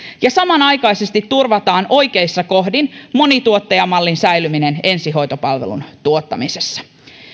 ja samanaikaisesti turvattaisiin oikeissa kohdin monituottajamallin säilyminen ensihoitopalvelun tuottamisessa